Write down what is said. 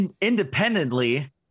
independently